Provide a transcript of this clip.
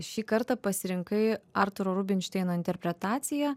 šį kartą pasirinkai artūro rubinšteino interpretaciją